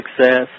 success